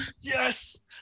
Yes